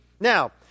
Now